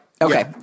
Okay